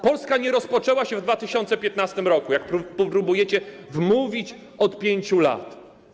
Polska nie rozpoczęła się w 2015 r., jak próbujecie wmówić od 5 lat.